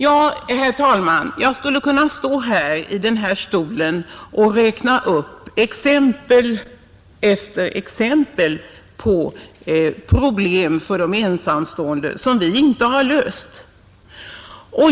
Ja, herr talman, jag skulle kunna stå här i talarstolen och räkna upp exempel efter exempel på problem för de ensamstående som vi inte har löst.